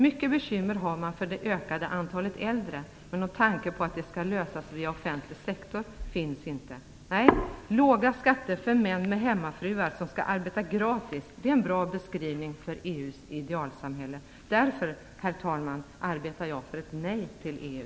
Mycket bekymmer har man för det ökade antalet äldre, men någon tanke på att det skall lösas via offentlig sektor finns inte. Nej, låga skatter för män med hemmafruar som skall arbeta gratis, det är en bra beskrivning för EU:s idealsamhälle. Därför, herr talman, arbetar jag för ett nej till EU.